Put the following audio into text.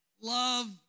love